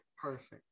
Perfect